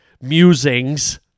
musings